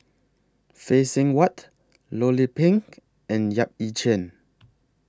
Phay Seng Whatt Loh Lik Peng and Yap Ee Chian